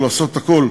ולעשות הכול,